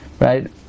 right